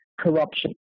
corruption